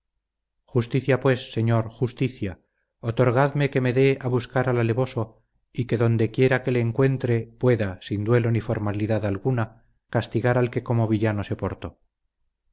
justicia pues señor justicia otorgadme que me dé a buscar al alevoso y que donde quiera que le encuentre pueda sin duelo ni formalidad alguna castigar al que como villano se portó